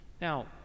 now